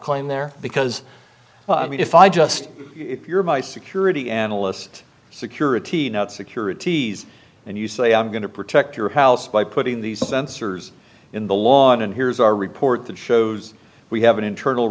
claim there because well i mean if i just if you're my security analyst security not securities and you say i'm going to protect your house by putting these sensors in the lawn and here's our report that shows we have an internal